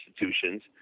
institutions